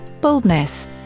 Boldness